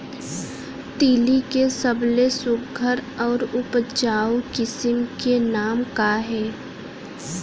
तिलि के सबले सुघ्घर अऊ उपजाऊ किसिम के नाम का हे?